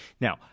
Now